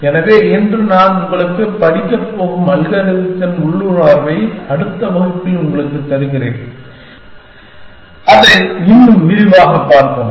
எனவே இன்று நான் உங்களுக்குப் படிக்கப் போகும் அல்காரிதத்தின் உள்ளுணர்வை அடுத்த வகுப்பில் உங்களுக்குத் தருகிறேன் அதை இன்னும் விரிவாகப் பார்ப்போம்